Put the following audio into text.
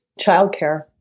Childcare